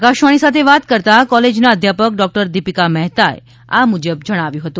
આકાશવાણી સાથે વાત કરતાં કોલેજના અધ્યાપક ડોક્ટર દીપિકા મહેતા આ મુજબ જણાવ્યું હતું